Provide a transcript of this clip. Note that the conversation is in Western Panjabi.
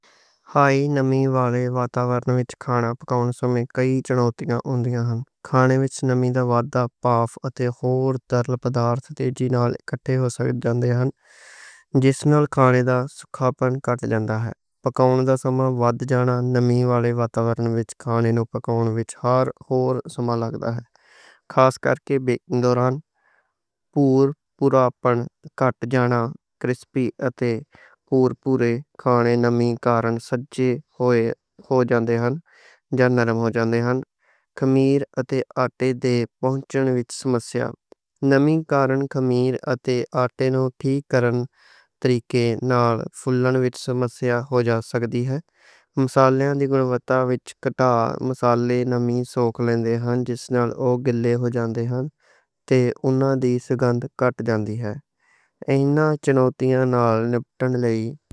ہائی نمی والے ماحول وچ کھانا پکاؤن سمیں کئی چنوتیاں ہوندیاں ہن۔ کھانے وچ نمی والے ماحول وچ بھاپ اتے ہور ترل مواد کٹھے ہو سکدے ہن جس نال کھانے دا سوکھا پن گھٹ جاندا ہے۔ پکاؤن دا سمہ ودھ جاندا ہے۔ نمی والے ماحول وچ کھانے نوں پکاؤن وچ ہور سمہ لگدا ہے۔ خاص کرکے بیکنگ دوران پور پوراپن گھٹ جاندا، کرِسپی اتے پور پورے کھانے نمی کارن سجّے ہو جاندے ہن جا نرم ہو جاندے ہن۔ خمیر اتے آٹے دے پھلن وچ مسئلہ، نمی کارن خمیر اتے آٹے نوں ٹھیک طریقے نال پھلن وچ مسئلہ ہو سکدی ہے۔ مصالحے دی گنواٹ وچ گھٹنا، مصالحے نمی سوک لیندے ہن جس نال او گیلے ہو جاندے ہن تے اُنہاں دی سگندھ گھٹ جاندا ہے۔ ایناں چنوتیاں نال نپٹن لئی۔